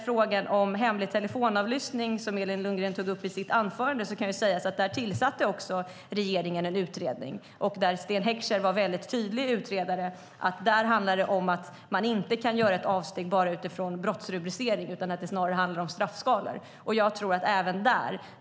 Frågan om hemlig telefonavlyssning tog Elin Lundgren upp i sitt anförande. Jag kan säga att regeringen också tillsatte en utredning. Sten Heckscher var en mycket tydlig utredare. Det handlar om att man inte kan göra avsteg bara utifrån brottsrubriceringen utan att det snarare handlar om straffskalor.